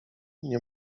nie